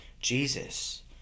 jesus